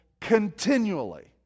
continually